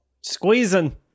Squeezing